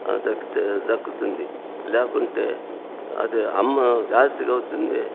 దక్కితే దక్కుతుంది లేకుంటే అది అమ్మ జాస్తిగా అవుతుంది